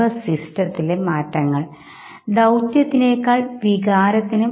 വ്യക്തിഗത സമൂഹത്തിന്റെ കാര്യത്തിൽ ഞാൻ മാറ്റ്സുമോട്ടോയെ ഇവിടെ ഉദ്ധരിക്കുന്നു